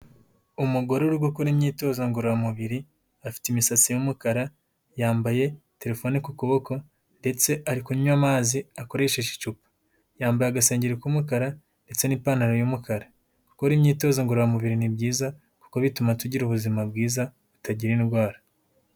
Umugore uri gukora imyitozo ngororamubiri, afite imisatsi y'umukara yambaye telefoneni ku kuboko, ndetse ari kunywa amazi akoresheje icupa, yambaye agasengeri k'umukara ndetse n'ipantaro y'umukara. Gukora imyitozo ngororamubiri ni byiza kuko bituma tugira ubuzima bwiza butagira indwara.